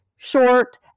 short